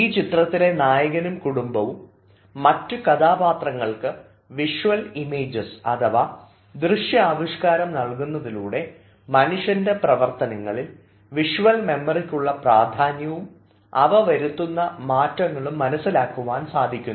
ഈ ചിത്രത്തിലെ നായകനും കുടുംബവും മറ്റു കഥാപാത്രങ്ങൾക്ക് വിഷ്വൽ ഇമേജസ് അഥവാ ദൃശ്യാവിഷ്കാരം നൽകുന്നതിലൂടെ മനുഷ്യൻറെ പ്രവർത്തനങ്ങളിൽ വിഷ്വൽ മെമ്മറിക്കുള്ള പ്രാധാന്യവും അവ വരുത്തുന്ന മാറ്റങ്ങളും മനസ്സിലാക്കുവാൻ സാധിക്കുന്നു